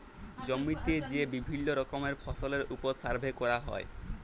জমিতে যে বিভিল্য রকমের ফসলের ওপর সার্ভে ক্যরা হ্যয়